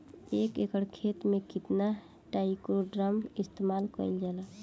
एक एकड़ खेत में कितना ट्राइकोडर्मा इस्तेमाल कईल जाला?